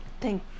thank